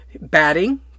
Batting